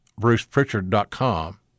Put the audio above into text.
BrucePritchard.com